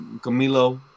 Camilo